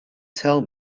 tell